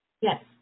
Yes